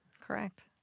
Correct